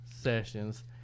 Sessions